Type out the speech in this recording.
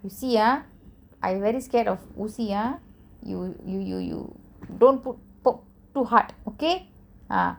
you see ah I very scared of ஊசி:oosi ah you you you you don't put poke too hard okay ah